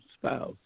spouse